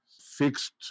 fixed